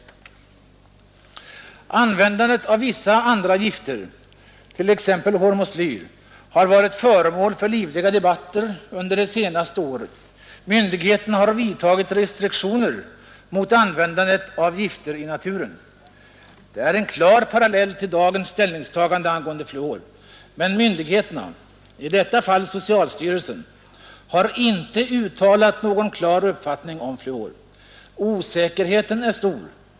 Användandet av vissa andra gifter, t.ex. hormoslyr, har varit föremål för livliga debatter under det senaste året. Myndigheterna har vidtagit restriktioner för användandet av gifter i naturen. Det är en klar parallell till dagens ställningstagande angående fluor. Men myndigheterna — i detta fall socialstyrelsen — har inte uttalat någon klar uppfattning om fluor. Osäkerheten är stor.